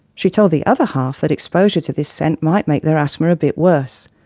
she told the other half that exposure to this scent might make their asthma a bit worse.